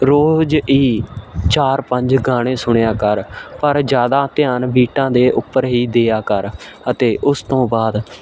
ਰੋਜ਼ ਹੀ ਚਾਰ ਪੰਜ ਗਾਣੇ ਸੁਣਿਆ ਕਰ ਪਰ ਜ਼ਿਆਦਾ ਧਿਆਨ ਬੀਟਾਂ ਦੇ ਉੱਪਰ ਹੀ ਦਿਆ ਕਰ ਅਤੇ ਉਸ ਤੋਂ ਬਾਅਦ